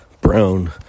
brown